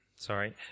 Sorry